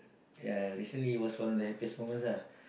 ya recently it was one of the happiest moments ah